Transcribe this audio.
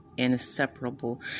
Inseparable